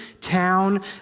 town